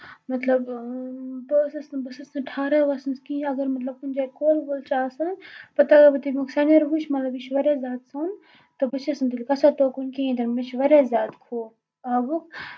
مطلب بہٕ ٲسٕس نہٕ بہٕ ٲسٕس نہٕ ٹھران کِہینۍ اَگر مطلب کُنہِ جایہِ کۄل وۄل چھِ آسان پتہٕ اَگر بہٕ تَمیُک سرٛنیٚر وُچھٕ کہِ یہِ چھُ واریاہ زیادٕ سوٚن تہٕ بہٕ چھَس نہٕ تیٚلہِ گژھان توکُن کِہینۍ تہِ مےٚ چھُ واریاہ زیادٕ خوف آبُک